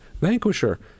vanquisher